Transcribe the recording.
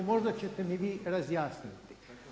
Možda ćete mi vi razjasniti.